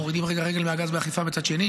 מורידים רגע רגל מהגז באכיפה מצד שני.